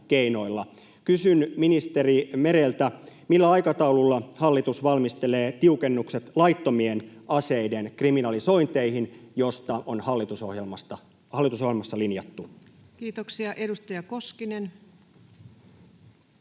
Kysyn ministeri Mereltä, millä aikataululla hallitus valmistelee tiukennukset laittomien aseiden kriminalisointeihin, joista on hallitusohjelmassa linjattu? Kiitoksia. — Edustaja Koskinen.